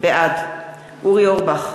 בעד אורי אורבך,